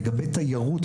לגבי תיירות,